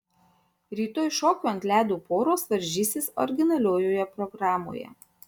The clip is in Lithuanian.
rytoj šokių ant ledo poros varžysis originaliojoje programoje